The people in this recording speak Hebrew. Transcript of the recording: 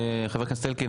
חבר הכנסת אלקין,